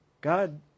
God